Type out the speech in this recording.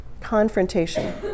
Confrontation